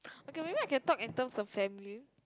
okay maybe I can talk in terms of family